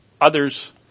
others